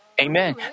Amen